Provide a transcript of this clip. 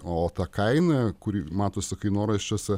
o ta kaina kuri matosi kainoraščiuose